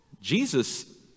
Jesus